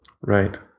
Right